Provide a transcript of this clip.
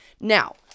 now